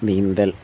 നീന്തൽ